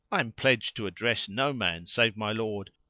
i am pledged to address no man save my lord.